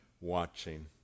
watching